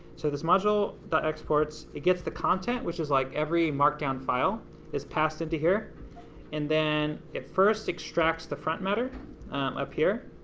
so this module exports, it gets the content, which is like every markdown file is passed into here and then it first extracts the front matter up here,